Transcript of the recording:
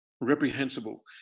reprehensible